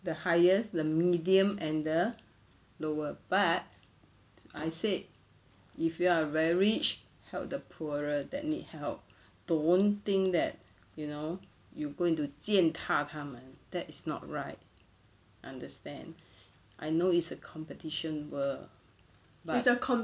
the highest the medium and the lower but I said if you are very rich help the poorer that need help don't think that you know you go into 践踏他们 that is not right understand I know it's a competition world but